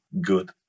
good